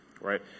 right